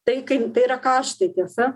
tai kai tai yra kaštai tiesa